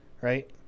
Right